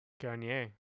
Garnier